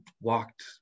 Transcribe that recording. walked